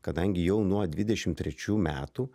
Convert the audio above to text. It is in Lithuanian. kadangi jau nuo dvidešimt trečių metų